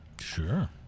Sure